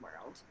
world